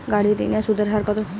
গাড়ির ঋণের সুদের হার কতো?